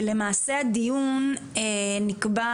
הדיון נקבע